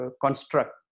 construct